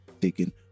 taken